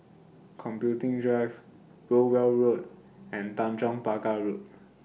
Computing Drive Rowell Road and Tanjong Pagar Road